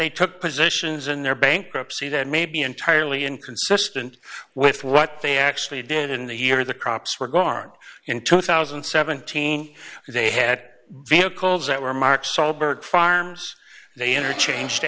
they took positions in their bankruptcy that may be entirely inconsistent with what they actually did in the year the crops were guard in two thousand and seventeen they had vehicles that were marked solberg farms they interchange the